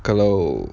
kalau